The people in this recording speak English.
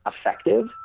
effective